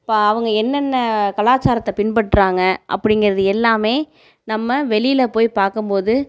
இப்போ அவங்க என்னென்ன கலாச்சாரத்தை பின்பற்றுறாங்க அப்படிங்கிறது எல்லாமே நம்ம வெளியில் போய் பார்க்கும் போது